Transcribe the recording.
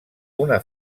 una